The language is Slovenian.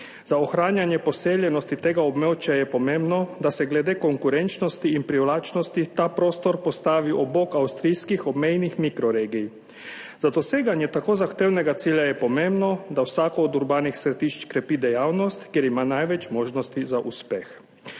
Za ohranjanje poseljenosti tega območja je pomembno, da se glede konkurenčnosti in privlačnosti ta prostor postavi ob bok avstrijskih obmejnih mikroregij. Za doseganje tako zahtevnega cilja je pomembno, da vsako od urbanih središč krepi dejavnost, s katero ima največ možnosti za uspeh.